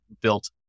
built